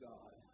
God